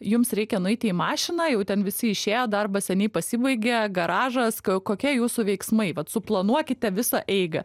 jums reikia nueiti į mašiną jau ten visi išėjo darbas seniai pasibaigė garažas kokie jūsų veiksmai vat suplanuokite visą eigą